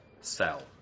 sell